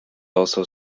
also